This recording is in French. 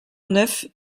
neuf